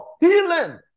healing